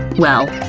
well,